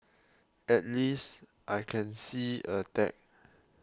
at least I can see a tag